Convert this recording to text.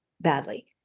badly